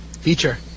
feature